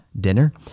dinner